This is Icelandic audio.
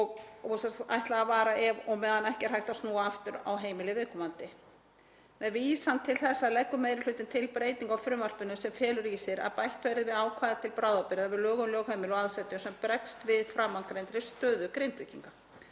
varanlegri lausn meðan ekki er hægt að snúa aftur á heimili viðkomandi. Með vísan til þessa leggur meiri hluti til breytingu á frumvarpinu sem felur í sér að bætt verði við ákvæði til bráðabirgða við lög um lögheimili og aðsetur þar sem brugðist er við framangreindri stöðu Grindvíkinga.